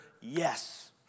yes